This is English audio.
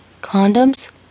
Condoms